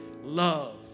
love